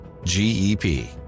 GEP